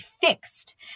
fixed